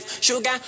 Sugar